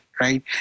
right